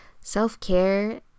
self-care